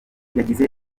yagize